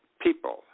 People